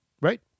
Right